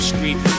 Street